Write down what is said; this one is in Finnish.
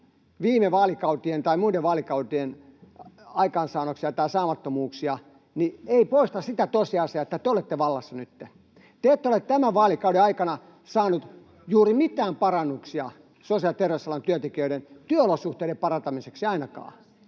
viime vaalikauden tai muiden vaalikausien aikaansaannoksia tai saamattomuuksia, ei poista sitä tosiasiaa, että te olette vallassa nyt. Te ette ole tämän vaalikauden aikana saaneet juuri mitään parannuksia ainakaan sosiaali- ja terveysalan työntekijöiden työolosuhteiden parantamiseksi. Palkatkaan